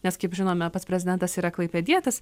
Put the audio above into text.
nes kaip žinome pats prezidentas yra klaipėdietis